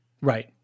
Right